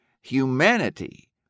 humanity